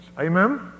Amen